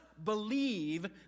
Believe